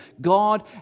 God